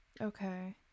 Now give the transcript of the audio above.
Okay